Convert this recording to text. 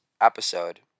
episode